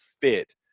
fit